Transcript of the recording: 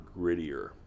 grittier